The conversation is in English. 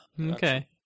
Okay